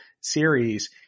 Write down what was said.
series